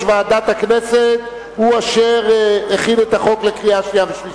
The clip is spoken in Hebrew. ועדת הכנסת הוא אשר הכין את החוק לקריאה שנייה ושלישית.